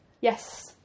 Yes